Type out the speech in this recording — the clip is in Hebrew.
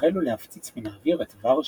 והחלו להפציץ מן האוויר את ורשה,